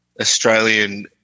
Australian